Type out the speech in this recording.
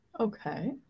Okay